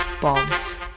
Bombs